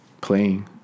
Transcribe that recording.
playing